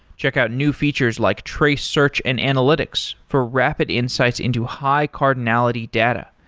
check out new features like trace search and analytics for rapid insights into high-cardinality data.